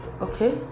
Okay